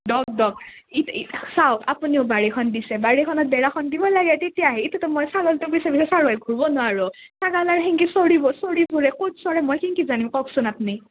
দক দক ই ইতা চাওক আপুনিও বাৰীখন দিছে বাৰীখনত বেৰাখন দিবই লাগে তেতিয়া এতিয়াতো মই ছাগলটো বিচৰি ঘূৰব নোৱাৰোঁ ছাগাল আৰ হেংকে চৰি ফুৰে ক'ত চৰে ফুৰে মই মই কেংকে জানিম কওকচোন আপনি